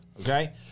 okay